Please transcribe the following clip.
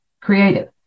creative